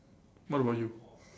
what about you